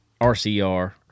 RCR